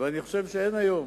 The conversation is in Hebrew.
אני חושב שאין היום